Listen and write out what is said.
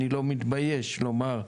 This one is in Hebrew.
אני לא מתבייש לומר,